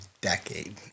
decade